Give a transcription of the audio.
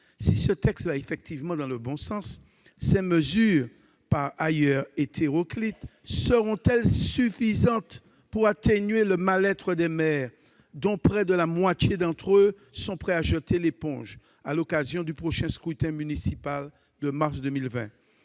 de loi va effectivement dans le bon sens, ses mesures, par ailleurs hétéroclites, seront-elles suffisantes pour atténuer le mal-être des maires, dont près de la moitié sont prêts à jeter l'éponge à l'occasion du prochain scrutin municipal de mars 2020 ?